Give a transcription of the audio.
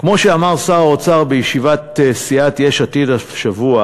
כמו שאמר שר האוצר בישיבת סיעת יש עתיד השבוע,